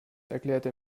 erklärte